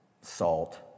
salt